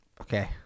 Okay